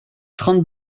trente